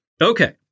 Okay